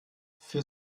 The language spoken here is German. für